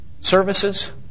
services